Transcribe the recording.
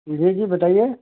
जी जी बताईए